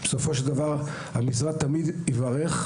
ובסופו של דבר המשרד תמיד יברך,